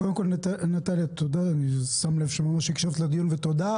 קודם כל נטליה אני שם לב שהקשבת לדיון, תודה.